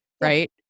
Right